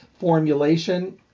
formulation